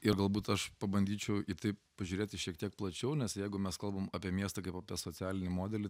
ir galbūt aš pabandyčiau į tai pažiūrėti šiek tiek plačiau nes jeigu mes kalbam apie miestą kaip apie socialinį modelį